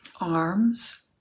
arms